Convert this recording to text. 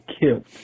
killed